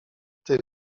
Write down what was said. tych